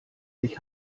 sich